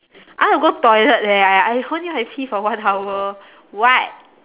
I want to go toilet leh I I holding my pee for one hour what